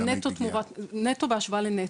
זה נטו בהשוואה לנטו.